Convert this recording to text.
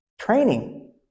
Training